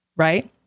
right